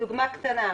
דוגמא קטנה,